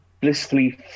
blissfully